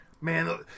man